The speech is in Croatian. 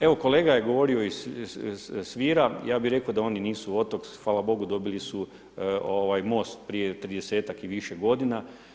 Evo kolega je govorio s Vira, ja bi rekao da oni nisu otok, hvala Bogu dobili su most prije 30ak i više godina.